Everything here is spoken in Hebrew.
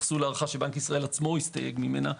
התייחסו להערכה שבנק ישראל עצמו הסתייג ממנה,